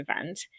event